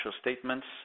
statements